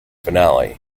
finale